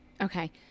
Okay